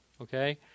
okay